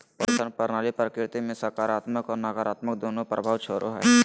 पशुधन प्रणाली प्रकृति पर सकारात्मक और नकारात्मक दोनों प्रभाव छोड़ो हइ